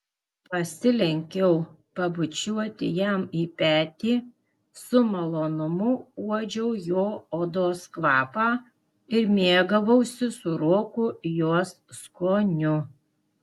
pasilenkiau pabučiuoti jam į petį su malonumu uodžiau jo odos kvapą ir mėgavausi sūroku jos skoniu